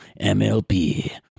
MLP